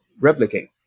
replicate